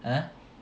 !huh!